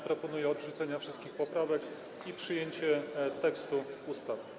Proponuje się odrzucenie wszystkich poprawek i przyjęcie tekstu ustawy.